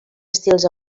estils